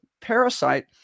parasite